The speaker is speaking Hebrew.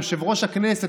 יושב-ראש הכנסת,